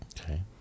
Okay